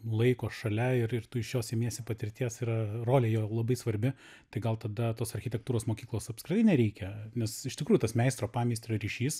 laiko šalia ir ir tu iš jo semiesi patirties ir rolė jo labai svarbi tai gal tada tos architektūros mokyklos apskritai nereikia nes iš tikrųjų tas meistro pameistrio ryšys